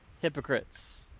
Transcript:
hypocrites